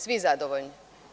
Svi zadovoljni.